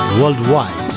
worldwide